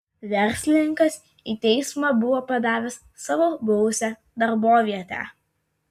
verslininkas į teismą buvo padavęs savo buvusią darbovietę